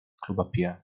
klopapier